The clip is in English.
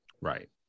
Right